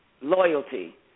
loyalty